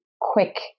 quick